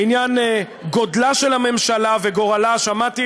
לעניין גודלה של הממשלה וגורלה, שמעתי,